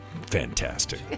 Fantastic